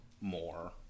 more